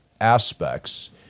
aspects